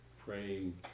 praying